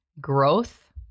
growth